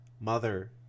mother